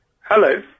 Hello